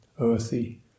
earthy